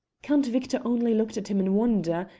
count victor only looked at him in wonder,